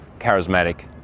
charismatic